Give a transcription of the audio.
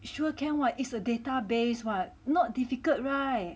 sure can [what] it's a database [what] not difficult [right]